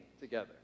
together